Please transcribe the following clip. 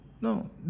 No